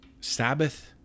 Sabbath